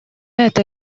это